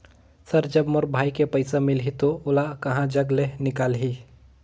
Sir जब मोर भाई के पइसा मिलही तो ओला कहा जग ले निकालिही?